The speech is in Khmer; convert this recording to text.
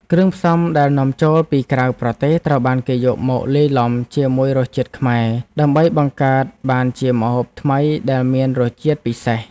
គ្រឿងផ្សំដែលនាំចូលពីក្រៅប្រទេសត្រូវបានគេយកមកលាយឡំជាមួយរសជាតិខ្មែរដើម្បីបង្កើតបានជាម្ហូបថ្មីដែលមានរសជាតិពិសេស។